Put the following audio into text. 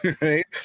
right